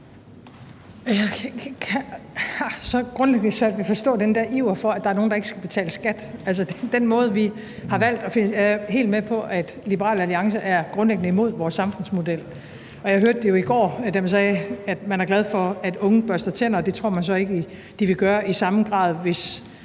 Jeg har så grundlæggende svært ved at forstå den der iver for, at der er nogen, der ikke skal betale skat. Jeg er helt med på, at Liberal Alliance grundlæggende er imod vores samfundsmodel, og jeg hørte det jo i går, da man sagde, at man er glad for, at unge børster tænder, og det tror man så ikke de vil gøre i samme grad, hvis